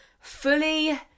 fully